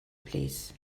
plîs